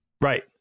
Right